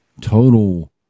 total